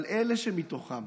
אבל אלה מתוכם